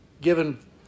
given